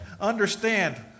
understand